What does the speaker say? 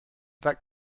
that